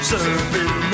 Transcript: Surfing